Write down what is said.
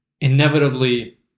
inevitably